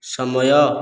ସମୟ